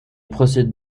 procède